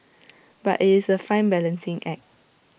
but IT is A fine balancing act